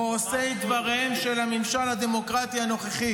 או עושי דבריהם של הממשל הדמוקרטי הנוכחי